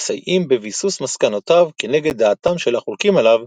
ומסייעים בביסוס מסקנותיו כנגד דעתם של החולקים עליו,